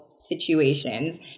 situations